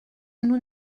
nous